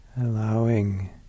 Allowing